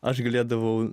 aš galėdavau